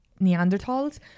Neanderthals